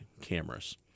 cameras